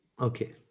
Okay